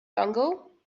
dongle